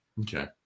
Okay